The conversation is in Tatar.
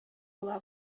була